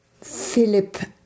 Philip